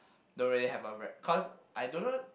don't really have a re~ cause I don't know